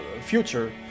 future